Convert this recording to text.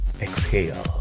exhale